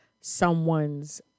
someone's